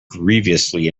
grievously